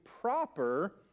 proper